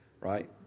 right